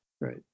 Right